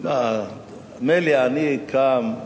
מילא אני קם,